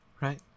right